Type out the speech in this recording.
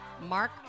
Mark